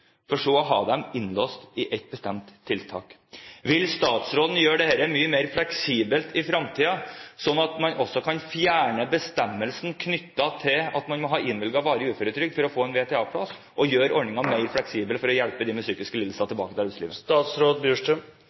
for så å ha dem innelåst i ett bestemt tiltak. Vil statsråden gjøre dette mye mer fleksibelt i fremtiden, slik at man også kan fjerne bestemmelsen om at man må ha innvilget varig uføretrygd for å få en VTA-plass, og gjøre ordningen mer fleksibel for å hjelpe dem med psykiske lidelser tilbake til arbeidslivet?